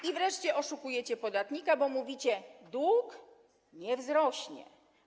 I wreszcie oszukujecie podatnika, bo mówicie: dług nie wzrośnie.